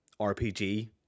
RPG